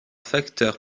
facteur